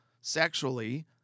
sexually